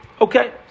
Okay